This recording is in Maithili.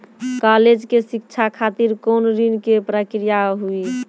कालेज के शिक्षा खातिर कौन ऋण के प्रक्रिया हुई?